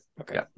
Okay